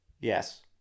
yes